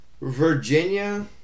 Virginia